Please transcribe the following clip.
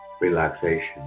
relaxation